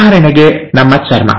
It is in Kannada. ಉದಾಹರಣೆಗೆ ನಮ್ಮ ಚರ್ಮ